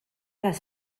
les